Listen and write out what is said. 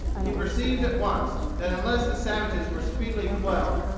he perceived at once, that unless the savages were speedily quelled,